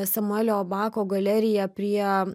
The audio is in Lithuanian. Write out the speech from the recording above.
samuelio bako galerija prie